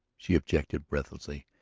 she objected breathlessly,